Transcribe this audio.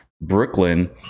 Brooklyn